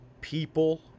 people